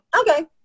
okay